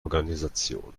organisation